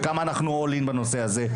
וכמה אנחנו All in בנושא הזה.